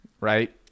right